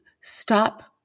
stop